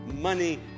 money